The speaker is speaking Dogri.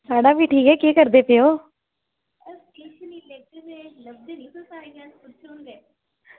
मेरा बी ठीक ऐ केह् करदे पे ओ